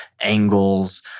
angles